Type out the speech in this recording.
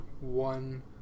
one